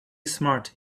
smart